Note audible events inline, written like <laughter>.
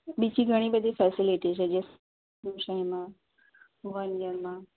બીજી ઘણી બધી ફેસિલિટી છે જે <unintelligible> વન યરમાં